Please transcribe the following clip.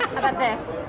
about this?